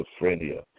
schizophrenia